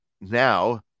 now